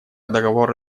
договор